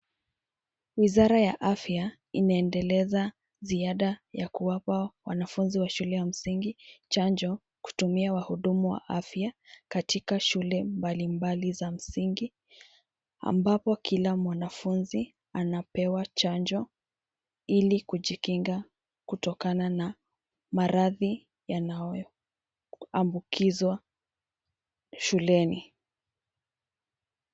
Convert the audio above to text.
Wizara ya afya inaedeleza ziada ya kuwapa wanafuzi wa shule ya msingi chanjo kutumia wahudumu wa afya katika shule mbalimbali za msingi ambapo kila mwanafuzi anapewa chanjo, hili kujikinga kutokana na maradhi yanayoabukizwa shuleni.